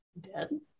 Dead